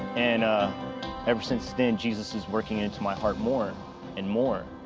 and ah ever since then jesus is working into my heart more and more.